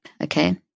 Okay